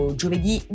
giovedì